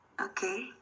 Okay